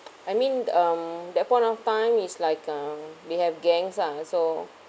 I mean um that point of time is like um they have gangs ah so